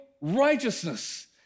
righteousness